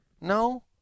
No